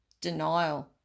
denial